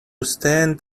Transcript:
stand